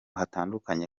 hatandukanye